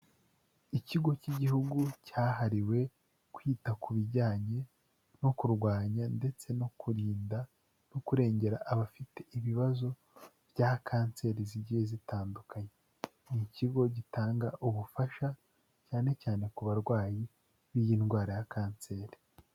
Ikigo cy'igihugu cyahariwe kwita ku bijyanye no kurwanya ndetse no kurinda no kurengera abafite ibibazo bya kanseri zigiye zitandukanye. Ni ikigo gitanga ubufasha, cyane cyane ku barwayi b'iyi ndwara ya kanseri.